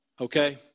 Okay